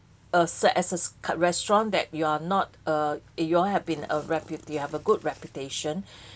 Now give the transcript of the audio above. uh as a restaurant that you are not a eh you all have been a reput~ you have a good reputation